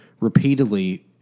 repeatedly